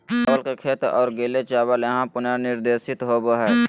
चावल के खेत और गीले चावल यहां पुनर्निर्देशित होबैय हइ